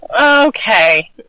Okay